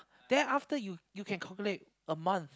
then after you you can calculate a month